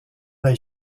œil